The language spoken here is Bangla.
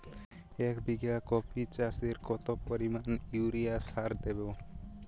এক বিঘা কপি চাষে কত পরিমাণ ইউরিয়া সার দেবো?